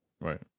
Right